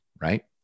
right